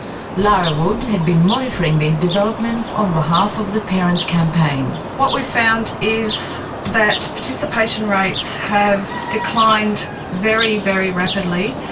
lara wood had been monitoring these developments on behalf of the parents' campaign. what we found is that participation rates have declined very, very rapidly.